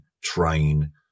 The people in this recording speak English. train